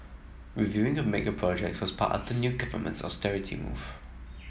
reviewing of mega projects part of the new government's austerity move